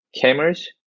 cameras